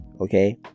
Okay